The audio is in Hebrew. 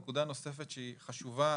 נקודה נוספת שהיא חשובה,